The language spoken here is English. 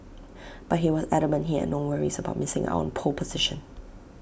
but he was adamant he had no worries about missing out on pole position